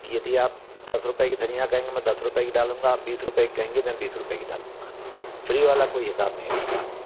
कि यदि आप दस रुपये का धनिया कहेंगे मैं दस रुपये की डालूँगा आप बीस रुपये का कहेंगे मैं बीस रुपये की डालूँगा फ्री वाला कोई हिसाब नहीं है अपने पास